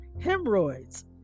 hemorrhoids